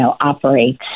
operates